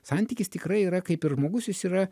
santykis tikrai yra kaip ir žmogus jis yra